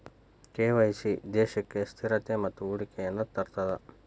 KYC ದೇಶಕ್ಕ ಸ್ಥಿರತೆ ಮತ್ತ ಹೂಡಿಕೆಯನ್ನ ತರ್ತದ